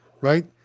right